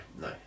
no